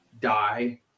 die